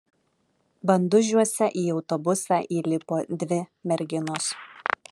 bandužiuose į autobusą įlipo dvi merginos